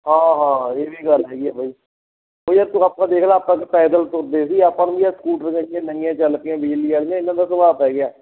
ਹਾਂ ਹਾਂ ਇਹ ਵੀ ਗੱਲ ਹੈਗੀ ਆ ਬਾਈ ਉਹ ਯਾਰ ਤੂੰ ਆਪਾਂ ਦੇਖ ਲਾ ਆਪਾਂ ਤਾਂ ਪੈਦਲ ਤੁਰਦੇ ਸੀ ਆਪਾਂ ਨੂੰ ਵੀ ਇਹ ਸਕੂਟਰੀਆਂ ਜਿਹੀਆਂ ਨਵੀਆਂ ਚੱਲ ਪਈਆਂ ਬਿਜਲੀ ਵਾਲੀਆਂ ਇਹਨਾਂ ਦਾ ਸਵਾਦ ਪੈ ਗਿਆ